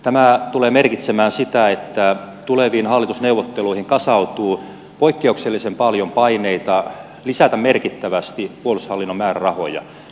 tänään tulee merkitsemään sitä että tuleviin hallitusneuvotteluihin kasautuu poikkeuksellisen paljon paineita lisätä merkittävästi puolustavina hakemaan